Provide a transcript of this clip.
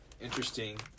interesting